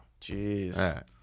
Jeez